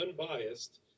unbiased